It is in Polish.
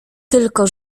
tylko